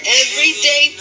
everyday